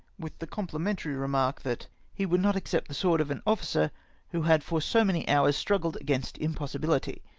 with the comphmentary remark that he would not accept the sword of an officer who had for so many hours struggled against impossibility,